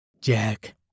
Jack